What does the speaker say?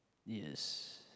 yes